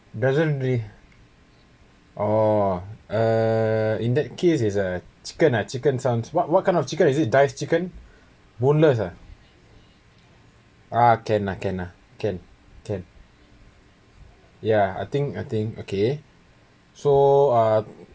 doesn't really orh uh in that case is uh chicken uh chicken sounds what what kind of chicken is it dice chicken bonesless ah uh can uh can uh can can ya I think I think okay so uh